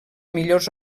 millors